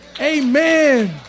Amen